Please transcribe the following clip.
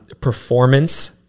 performance